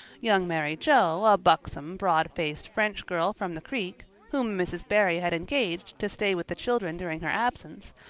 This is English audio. young mary joe, a buxom, broad-faced french girl from the creek, whom mrs. barry had engaged to stay with the children during her absence,